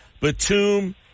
Batum